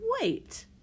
wait